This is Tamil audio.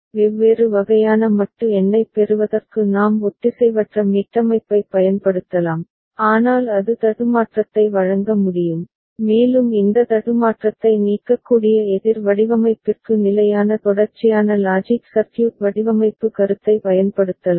வெவ்வேறு வகையான மட்டு எண்ணைப் பெறுவதற்கு நாம் ஒத்திசைவற்ற மீட்டமைப்பைப் பயன்படுத்தலாம் ஆனால் அது தடுமாற்றத்தை வழங்க முடியும் மேலும் இந்த தடுமாற்றத்தை நீக்கக்கூடிய எதிர் வடிவமைப்பிற்கு நிலையான தொடர்ச்சியான லாஜிக் சர்க்யூட் வடிவமைப்பு கருத்தை பயன்படுத்தலாம்